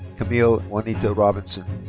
camille juanita robinson.